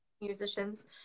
musicians